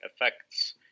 effects